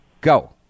Go